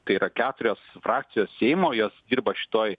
tai yra keturios frakcijos seimo jos dirba šitoj